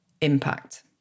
impact